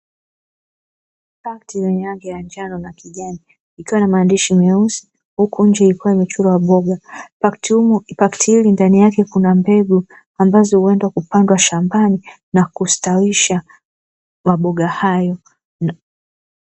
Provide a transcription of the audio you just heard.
Pakti yenye maansiahi meupe na ya kijani ikiwa na rangi nyeusi huku nje ikiwa imechorwa boga, pakti hili ndani yake kuna mbegu ambazo huenda kupandwa shambani na kustawisha maboga hayo.